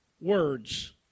words